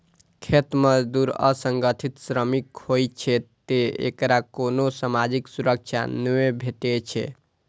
खेत मजदूर असंगठित श्रमिक होइ छै, तें एकरा कोनो सामाजिक सुरक्षा नै भेटै छै